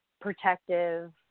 protective